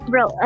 Bro